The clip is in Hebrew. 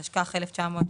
התשכ"ח-1968,